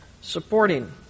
supporting